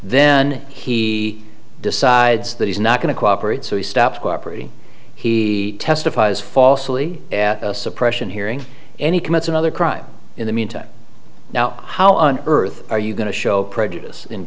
then he decides that he's not going to cooperate so he stopped cooperating he testifies falsely at suppression hearing any comments another crime in the meantime now how on earth are you going to show prejudice in